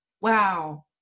wow